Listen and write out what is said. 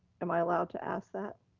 am i allowed to ask that?